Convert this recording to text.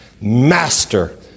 master